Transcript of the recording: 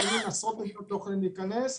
מחלימים מעשרות מדינות לא יכולים להיכנס.